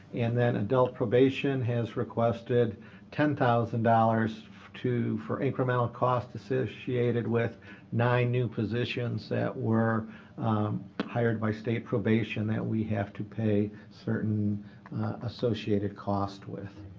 and then adult probation has requested ten thousand dollars for incremental costs associated with nine new positions that were hired by state probation that we have to pay certain associated costs with.